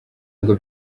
ngo